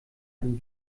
ein